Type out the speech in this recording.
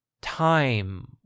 Time